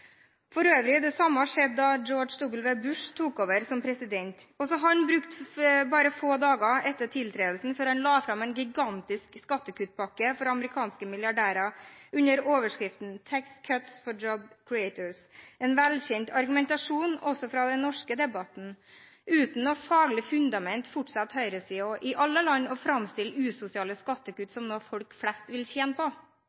Det samme skjedde for øvrig da George W. Bush tok over som president. Også han brukte bare få dager etter tiltredelsen før han la fram en gigantisk skattekuttpakke for amerikanske milliardærer, under overskriften «Tax Cuts for Job Creators» – en velkjent argumentasjon også fra den norske debatten. Uten noe faglig fundament fortsetter høyresiden i alle land å framstille usosiale skattekutt